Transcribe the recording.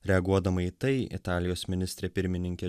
reaguodama į tai italijos ministrė pirmininkė